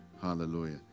hallelujah